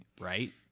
right